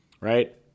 Right